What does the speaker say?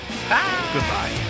goodbye